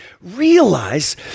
Realize